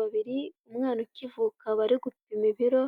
Babiri umwana ukivuka bari gupima ibiro